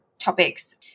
topics